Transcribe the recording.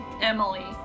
Emily